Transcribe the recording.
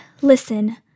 listen